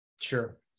Sure